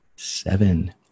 Seven